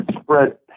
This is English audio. spread